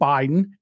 Biden